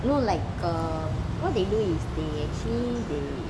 you know like err what they do is actually they